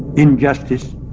injustice,